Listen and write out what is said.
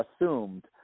assumed